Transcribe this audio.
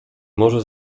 może